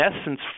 essence